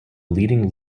leading